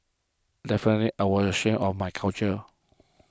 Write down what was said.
definitely I was ashamed of my culture